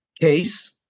case